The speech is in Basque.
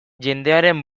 jendearen